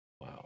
Wow